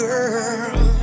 Girl